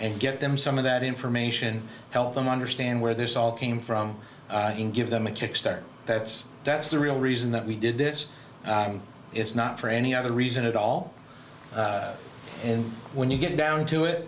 and get them some of that information help them understand where this all came from give them a kick start that's that's the real reason that we did this and it's not for any other reason at all and when you get down to